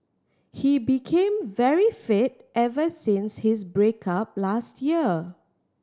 he became very fit ever since his break up last year